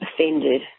offended